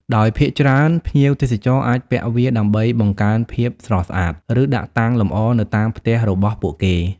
ដោយភាគច្រើនភ្ញៀវទេសចរអាចពាក់វាដើម្បីបង្កើនភាពស្រស់ស្អាត ឬដាក់តាំងលម្អនៅតាមផ្ទះរបស់ពួកគេ។